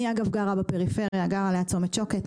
אני, אגב, גרה בפריפריה, גרה ליד צומת שוקת.